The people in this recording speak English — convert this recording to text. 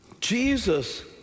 Jesus